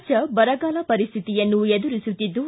ರಾಜ್ಣ ಬರಗಾಲ ಪರಿಸ್ವಿತಿಯನ್ನು ಎದುರಿಸುತ್ತಿದ್ದು